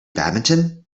badminton